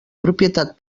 propietat